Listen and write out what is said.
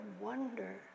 wonder